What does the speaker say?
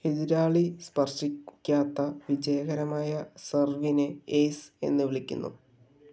എതിരാളി സ്പർശിക്കാത്ത വിജയകരമായ സർവ്വിനെ ഏയ്സ് എന്ന് വിളിക്കുന്നു